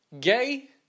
gay